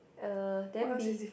uh then b